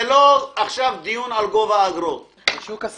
זה לא דיון על גובה האגרות עכשיו.